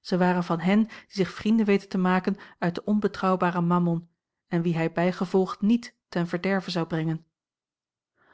zij waren van hen die zich vrienden weten te maken uit den onbetrouwbaren mammom en wie hij bijgevolg niet ten verderve zou brengen